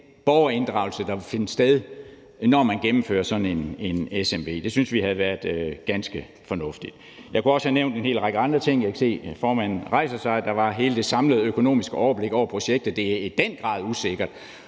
borgerinddragelse, der vil finde sted, når man gennemfører sådan en smv. Det syntes vi havde været ganske fornuftigt. Jeg kunne jo også have nævnt en hel række andre ting, men jeg kan se, at formanden rejser sig op. Der er hele det samlede økonomiske overblik over projektet. Den er i den grad usikker.